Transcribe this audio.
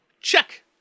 Check